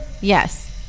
Yes